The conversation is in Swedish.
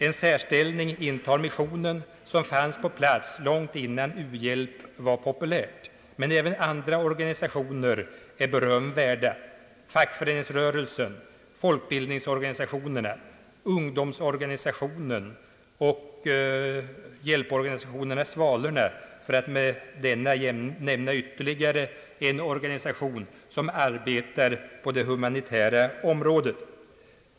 En särställning intar missionen, som fanns på plats långt innan u-hjälp var populärt. Men även andra organisationer är berömvärda; fackföreningsrörelsen, folkbildningsorganisationerna, ungdomsorganisationerna och hjälporganisationen Svalorna, för att nämna ytterligare en organisation som arbetar på det humanitära området.